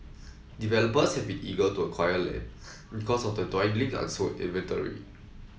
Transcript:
developers have been eager to acquire land because of the dwindling unsold inventory